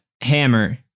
hammer